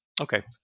Okay